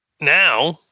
now